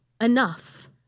enough